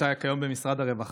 כיום הוא נמצא במשרד הרווחה.